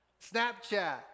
Snapchat